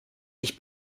ich